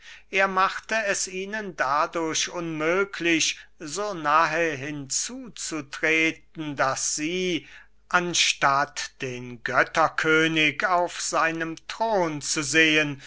er machte es ihnen dadurch unmöglich so nahe hinzutreten daß sie anstatt den götterkönig auf seinem thron zu sehen